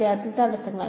വിദ്യാർത്ഥി തടസ്സങ്ങൾ